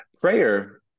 Prayer